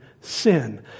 sin